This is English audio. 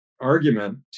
argument